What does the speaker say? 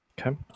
Okay